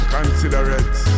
Considerate